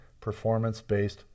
performance-based